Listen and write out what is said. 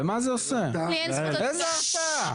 בבקשה, הצבעה.